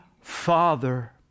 Father